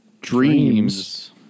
Dreams